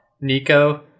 Nico